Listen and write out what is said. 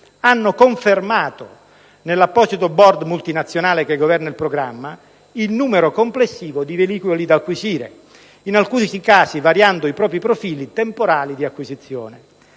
hanno confermato, nell'apposito *board* multinazionale che governa il programma, il numero complessivo di velivoli da acquisire, in alcuni casi variando i propri profili temporali di acquisizione.